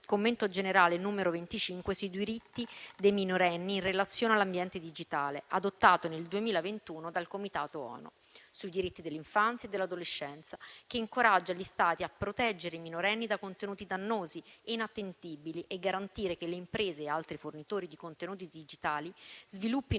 commento generale n. 25 sui diritti dei minorenni in relazione all'ambiente digitale, adottato nel 2021 dal Comitato ONU sui diritti dell'infanzia e dell'adolescenza, che incoraggia gli Stati a proteggere i minorenni da contenuti dannosi e inattendibili, e garantire che le imprese e altri fornitori di contenuti digitali sviluppino